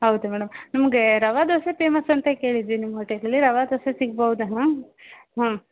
ಹೌದು ಮೇಡಮ್ ನಮಗೆ ರವೆ ದೋಸೆ ಫೇಮಸ್ ಅಂತ ಕೇಳಿದ್ದೆ ನಿಮ್ಮ ಹೋಟೆಲಲ್ಲಿ ರವೆ ದೋಸೆ ಸಿಗ್ಬೌದಾ ಮ್ಯಾಮ್ ಹ್ಞ್